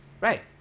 Right